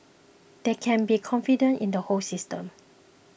they can be confident in the whole system